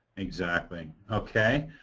exactly. ok.